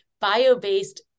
bio-based